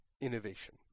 innovation